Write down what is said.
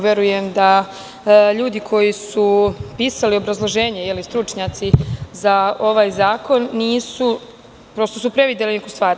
Verujem da ljudi koji su pisali obrazloženje, stručnjaci za ovaj zakon, prosto su prevideli neku stvar.